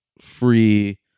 free